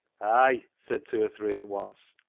ay! said two or three at once,